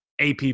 AP